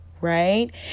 right